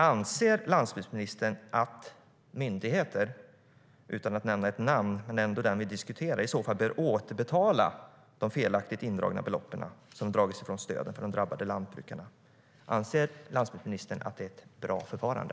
Anser landsbygdsministern att myndigheter, utan att nämna namnet på den vi diskuterar, i så fall bör återbetala de belopp som felaktigt har dragits från stöden till de drabbade lantbrukarna? Anser lantbruksministern att det är ett bra förfarande?